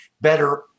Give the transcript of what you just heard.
better